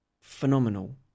phenomenal